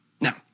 Now